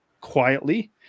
quietly